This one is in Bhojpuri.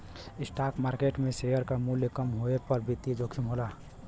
स्टॉक मार्केट में शेयर क मूल्य कम होये पर वित्तीय जोखिम होला